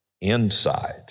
inside